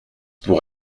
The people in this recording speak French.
pour